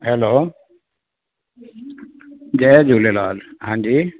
hello जय झूलेलाल हांजी